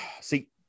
See